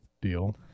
deal